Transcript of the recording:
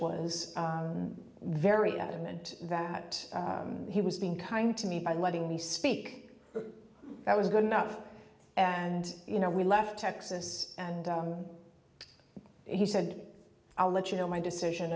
was very adamant that he was being kind to me by letting me speak that was good enough and you know we left texas and he said i'll let you know my decision